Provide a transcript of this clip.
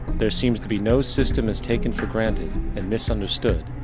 there seems to be no system as taken for granted, and misunderstood,